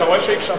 אתה רואה שהקשבתי.